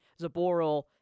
Zaboral